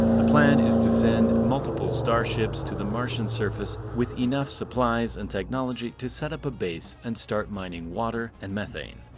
the plan is to send multiple starships to the martian surface with enough supplies and technology to set up a base and start mining water and methane.